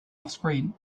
offscreen